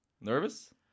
Nervous